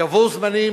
יבואו זמנים,